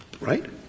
Right